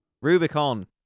Rubicon